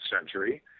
century